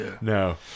No